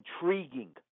intriguing